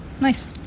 Nice